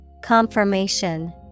Confirmation